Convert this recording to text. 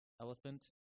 Elephant